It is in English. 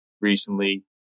recently